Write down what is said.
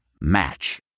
Match